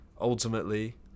ultimately